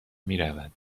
میرود